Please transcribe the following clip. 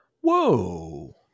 Whoa